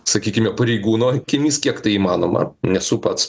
sakykime pareigūno akimis kiek tai įmanoma nesu pats